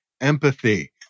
empathy